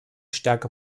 stärker